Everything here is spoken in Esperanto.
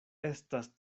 estas